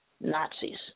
Nazis